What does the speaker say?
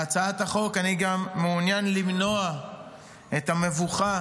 בהצעת החוק אני מעוניין למנוע את המבוכה